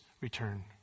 return